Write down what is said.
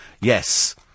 yes